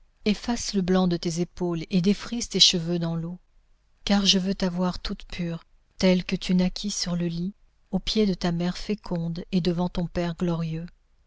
efface le blanc de tes épaules et défrise tes cheveux dans l'eau car je veux t'avoir toute pure telle que tu naquis sur le lit aux pieds de ta mère féconde et devant ton père glorieux